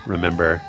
Remember